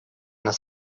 над